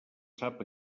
sap